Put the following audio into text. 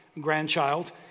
grandchild